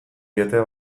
joatea